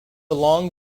long